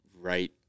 right